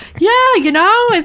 yeah, you know? it's